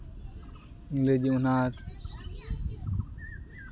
Ingreji honours